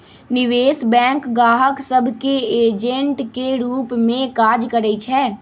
निवेश बैंक गाहक सभ के एजेंट के रूप में काज करइ छै